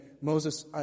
Moses